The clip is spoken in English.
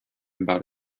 about